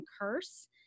Curse